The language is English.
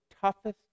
toughest